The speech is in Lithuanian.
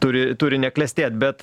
turi turi neklestėt bet